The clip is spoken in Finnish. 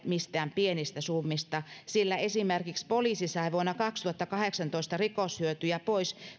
mistään pienistä summista sillä esimerkiksi poliisi sai vuonna kaksituhattakahdeksantoista rikoshyötyjä pois